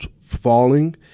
falling